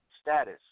status